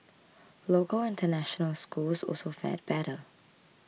local international schools also fared better